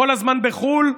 כל הזמן בחו"ל,